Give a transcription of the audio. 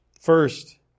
First